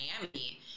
Miami